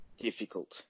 difficult